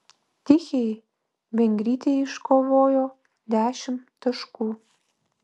tichei vengrytė iškovojo dešimt taškų